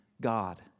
God